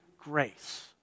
grace